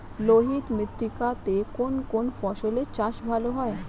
লোহিত মৃত্তিকা তে কোন কোন ফসলের চাষ ভালো হয়?